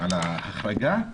על ההחרגה?